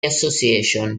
association